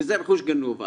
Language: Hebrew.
וזה רכוש גנוב.